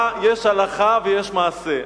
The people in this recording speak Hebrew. אתה יודע שיש הלכה ויש מעשה.